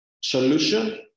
solution